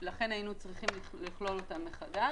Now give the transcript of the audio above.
לכן היינו צריכים לכלול אותן מחדש,